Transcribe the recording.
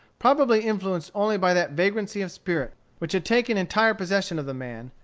probably influenced only by that vagrancy of spirit which had taken entire possession of the man,